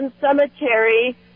Cemetery